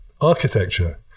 architecture